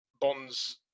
Bonds